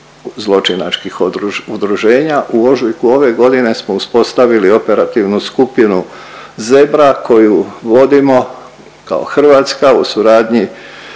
zločinačkih udruženja. U ožujku ove godine smo uspostavili operativnu skupinu Zebra koju vodimo kao Hrvatska u suradnji